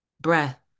breath